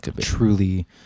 truly